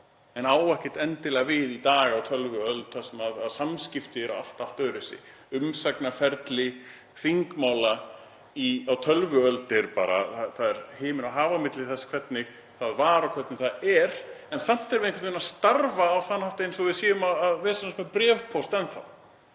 en á ekki endilega við í dag á tölvuöld þar sem samskipti eru allt öðruvísi. Umsagnarferli þingmála á tölvuöld — það er bara himinn og haf á milli þess hvernig það var og hvernig það er en samt erum við einhvern veginn að starfa á þann hátt eins og við séum að vesenast með bréfpóst enn þá.